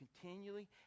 continually